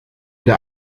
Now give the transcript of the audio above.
der